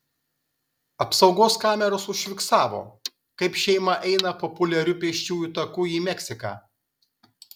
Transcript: apsaugos kameros užfiksavo kaip šeima eina populiariu pėsčiųjų taku į meksiką